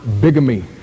bigamy